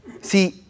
See